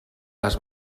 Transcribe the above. les